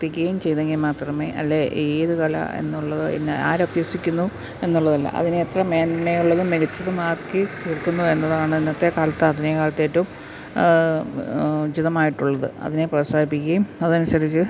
പ്രവർത്തിക്കുകയും ചെയ്തെങ്കില് മാത്രമേ അല്ലെങ്കില് ഏതു കല എന്നുള്ളത് പിന്നെ ആരഭ്യസിക്കുന്നു എന്നുള്ളതല്ല അതിനെ എത്ര മേന്മയുള്ളതും മികച്ചതുമാക്കിത്തീർക്കുന്നു എന്നുള്ളതാണ് ഇന്നത്തെ കാലത്ത് ആധുനിക കാലത്ത് ഏറ്റവും ഉചിതമായിട്ടുള്ളത് അതിനെ പ്രോത്സാഹിപ്പിക്കുകയും അതനുസരിച്ച്